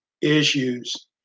Issues